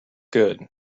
good